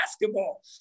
basketball